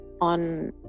on